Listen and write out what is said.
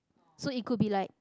so it could be like